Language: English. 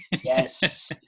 Yes